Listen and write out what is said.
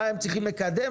מה, צריכים מקדם?